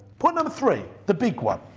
point number three, the big one.